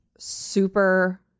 super